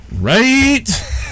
Right